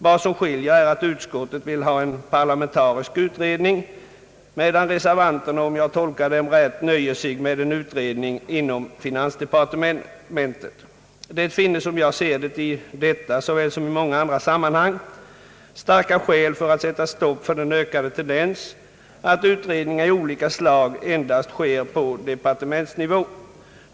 Vad som skiljer är att utskottet vill ha en parlamentarisk utredning, medan reservanterna, om jag tolkar dem rätt, nöjer sig med en utredning inom finansdepartementet. Det finns, som jag ser det, i detta såväl som i många andra sammanhang, starka skäl för att sätta stopp för den ökande tendenser att utredningar i olika frågor endast sker på departementsnivå.